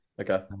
Okay